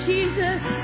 Jesus